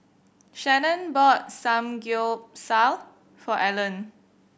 Shannon bought Samgyeopsal for Alan